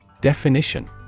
Definition